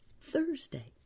Thursday